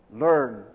learn